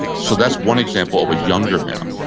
so that's one example of a younger man.